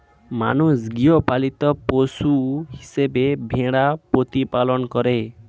মানুষ গৃহপালিত পশু হিসেবে ভেড়ার প্রতিপালন করে